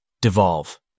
devolve